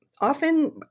often